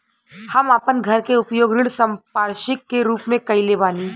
हम आपन घर के उपयोग ऋण संपार्श्विक के रूप में कइले बानी